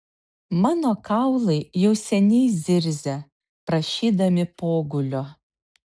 mano kaulai jau seniai zirzia prašydami pogulio